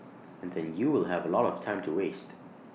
and then you will have A lot of time to waste